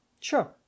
Sure